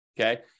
okay